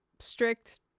strict